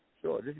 Sure